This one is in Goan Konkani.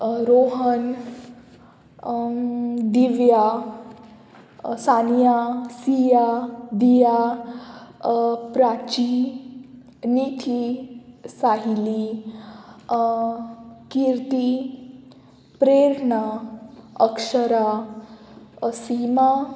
रोहन दिव्या सानिया सिया दिया प्राची निथी साहीली किर्ती प्रेरणा अक्षरा सीमा